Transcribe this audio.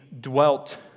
dwelt